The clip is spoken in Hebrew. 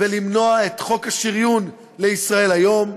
ולמנוע את חוק השריון ל"ישראל היום",